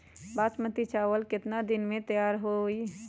बासमती चावल केतना दिन में तयार होई?